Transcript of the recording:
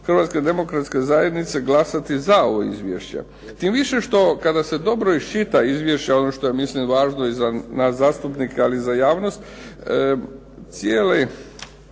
reći da će klub HDZ-a glasati za ovo izvješće. Tim više što kada se dobro iščita izvješće ono što je mislim važno i za nas zastupnike, ali i za javnost tijekom